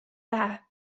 lähe